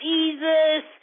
Jesus